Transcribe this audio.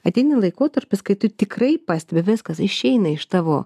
ateina laikotarpis kai tu tikrai pastebi viskas išeina iš tavo